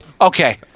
Okay